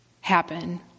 happen